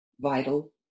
vital